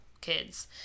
kids